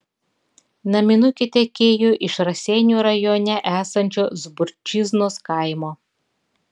naminukė tekėjo iš raseinių rajone esančio zborčiznos kaimo